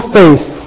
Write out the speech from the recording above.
faith